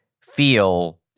feel